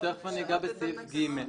תכף אני אגע בסעיף (ג)